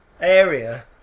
area